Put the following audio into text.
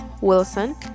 Wilson